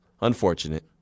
unfortunate